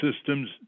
systems